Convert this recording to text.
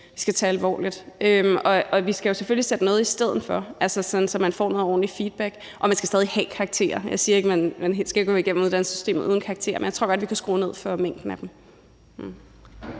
vi skal tage alvorligt. Vi skal jo selvfølgelig sætte noget i stedet for – altså, så man får noget ordentlig feedback. Og man skal stadig have karakterer. Jeg siger ikke, at man skal gå igennem uddannelsessystemet uden karakterer, men jeg tror godt, vi kunne skrue ned for mængden af dem.